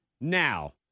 now